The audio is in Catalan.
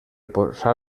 posar